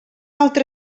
altra